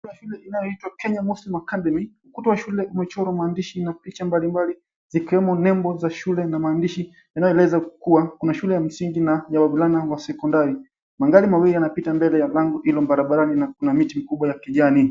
Shule hii inayoitwa Kenya Muslim Academy. Ukuta wa shule hii umechorwa maandishi na picha mbalimbali, zikiwemo nembo za shule na maandishi yanayoeleza kuwa, kuna shule ya msingi na ya wavulana wa sekondari. Magari mawili yanapita mbele ya bango hilo barabarani na kuna miti mikubwa ya kijani.